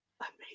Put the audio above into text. amazing